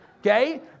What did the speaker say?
Okay